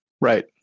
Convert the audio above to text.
Right